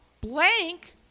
blank